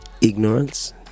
ignorance